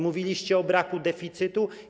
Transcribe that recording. Mówiliście o braku deficytu.